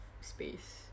space